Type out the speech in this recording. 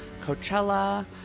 Coachella